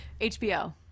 HBO